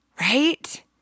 right